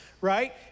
right